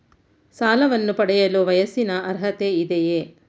ಸಾಲವನ್ನು ಪಡೆಯಲು ವಯಸ್ಸಿನ ಅರ್ಹತೆ ಇದೆಯಾ?